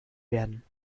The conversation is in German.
werden